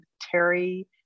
Terry